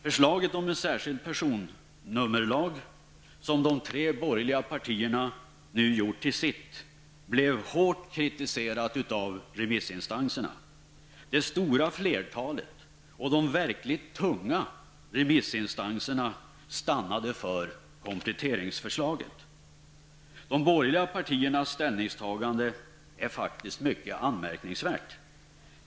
Förslaget om en särskild personnummerlag, som de tre borgerliga partierna nu har gjort till sitt, blev hårt kritiserat av remissinstanserna. Det stora flertalet och de verkligt tunga remissinstanserna stannade för kompletteringsförslaget. De borgerliga partiernas ställningstagande är mycket anmärkningsvärt.